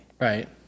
Right